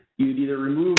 you would either remove